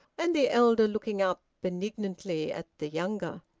and the elder looking up benignantly at the younger.